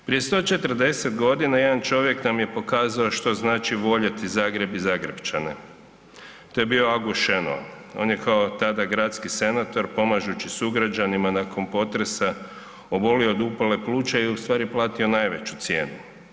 Prije 140 godina jedan čovjek nam je pokazao što znači voljeti Zagreb i Zagrepčane, to je bio August Šenoa, on je tada kao gradski senator pomažući sugrađanima nakon potresa obolio od upale pluća i ustvari platio najveću cijenu.